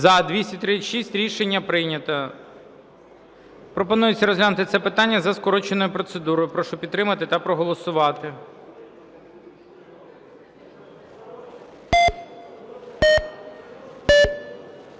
За-236 Рішення прийнято. Пропонується розглянути це питання за скороченою процедурою. Прошу підтримати та проголосувати.